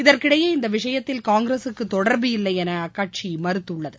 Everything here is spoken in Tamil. இதற்கிடையே இந்த விஷயத்தில் காங்கிரசுக்கு தொடர்பு இல்லை என அக்கட்சி மறுத்துள்ளது